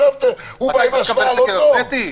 הוא בא להשוות אז אסור לו?